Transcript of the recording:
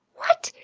what!